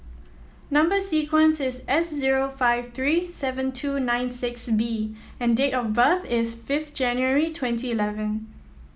number sequence is S zero five three seven two nine six B and date of birth is fifth January twenty eleven